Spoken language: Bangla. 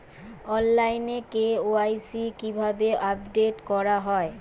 অনলাইনে কে.ওয়াই.সি কিভাবে আপডেট করা হয়?